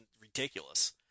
ridiculous